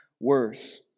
worse